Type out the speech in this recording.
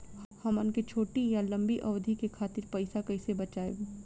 हमन के छोटी या लंबी अवधि के खातिर पैसा कैसे बचाइब?